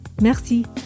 Merci